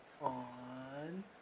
on